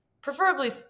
preferably